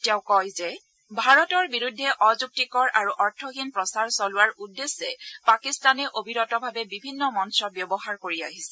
তেওঁ কয় যে ভাৰতৰ বিৰুদ্ধে অযুক্তিকৰ আৰু অৰ্থহীন প্ৰচাৰ চলোৱাৰ উদ্দেশ্যে পাকিস্তানে অবিৰতভাৱে বিভিন্ন মঞ্চ ব্যৱহাৰ কৰি আহিছে